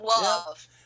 love